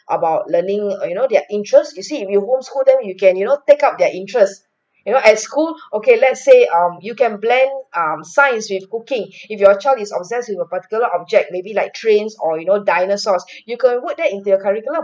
about learning err you know their interest you see if you home school them you can you know take up their interest you know at school okay let's say um you can blend um science with cooking if your child is obsess with a particular object maybe like trains or you know dinosaurs you can work that into your curriculum